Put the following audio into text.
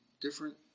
different